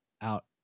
out